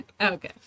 Okay